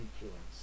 influence